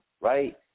right